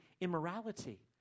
immorality